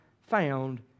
found